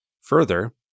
further